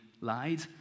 lied